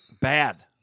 Bad